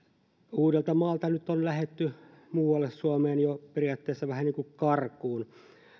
uudeltamaalta on nyt jo lähdetty muualle suomeen periaatteessa vähän niin kuin karkuun